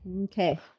Okay